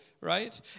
Right